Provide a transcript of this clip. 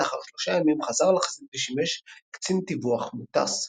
לאאחר שלושה ימים חזר לחזית ושימש קצין טיווח מוטס.